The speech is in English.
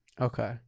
Okay